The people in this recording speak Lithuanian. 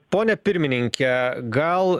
pone pirmininke gal